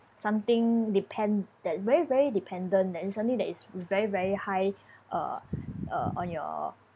something depend that very very dependent and something that is very very high uh uh on your